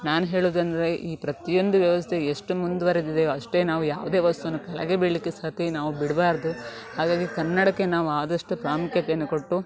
ನಾನು ಹೇಳೋದಂದರೆ ಈ ಪ್ರತಿಯೊಂದು ವ್ಯವಸ್ಥೆ ಎಷ್ಟು ಮುಂದುವರೆದಿದೆಯೋ ಅಷ್ಟೇ ನಾವು ಯಾವುದೇ ವಸ್ತುವನ್ನು ಕೆಳಗೆ ಬೀಳೋಕ್ಕೆ ಸತಿ ನಾವು ಬಿಡಬಾರ್ದು ಹಾಗಾಗಿ ಕನ್ನಡಕ್ಕೆ ನಾವಾದಷ್ಟು ಪ್ರಾಮುಖ್ಯತೆಯನ್ನು ಕೊಟ್ಟು